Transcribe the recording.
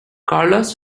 carlos